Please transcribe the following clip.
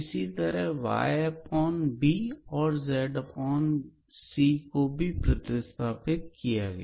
इसी तरह yb और zcको भी प्रतिस्थापित किया गया